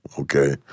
okay